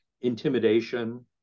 intimidation